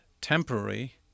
temporary